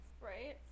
Right